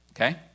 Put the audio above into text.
Okay